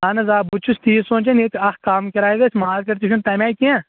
اہن حظ آ بہٕ تہِ چھُس تی سونٛچان ییٚتہِ اکھ کم کِراے گژھِ مارکٮ۪ٹ تہِ چھُنہٕ تَمہِ آیہِ کینٛہہ